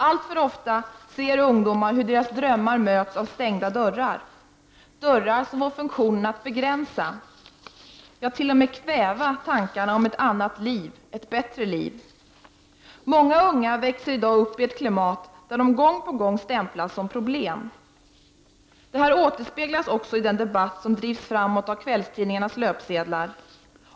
Alltför ofta ser ungdomar hur deras drömmar möts av stängda dörrar, dörrar som får funktionen att begränsa, ja, t.o.m. kväva tankarna om ett annat, bättre liv. Många unga växer i dag upp i ett klimat där de gång på gång stämplas som problem. Detta återspeglas också i den debatt som förs på kvällstidningarnas löpsedlar.